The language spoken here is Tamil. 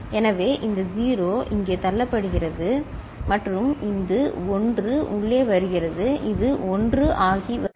எனவே இந்த 0 இங்கே தள்ளப்படுகிறது இந்த 0 இங்கே தள்ளப்படுகிறது மற்றும் இது 1 உள்ளே வருகிறது இது 1 ஆகி வருகிறது